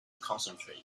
concentrate